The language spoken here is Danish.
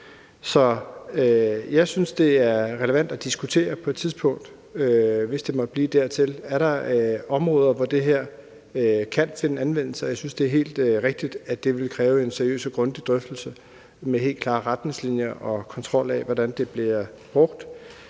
jeg synes, det er relevant på et tidspunkt at diskutere, hvis det måtte komme dertil, om der er områder, hvor det her kan finde anvendelse. Og jeg synes, det er helt rigtigt, at det ville kræve en seriøs og grundig drøftelse med helt klare retningslinjer og kontrol af, hvordan det bliver brugt.